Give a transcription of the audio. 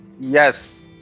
Yes